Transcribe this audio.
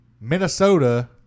Minnesota